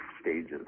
stages